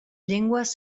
llengües